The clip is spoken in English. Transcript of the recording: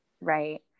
right